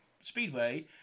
speedway